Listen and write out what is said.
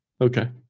Okay